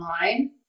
online